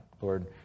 Lord